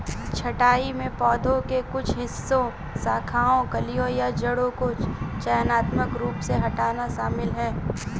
छंटाई में पौधे के कुछ हिस्सों शाखाओं कलियों या जड़ों को चयनात्मक रूप से हटाना शामिल है